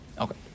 Okay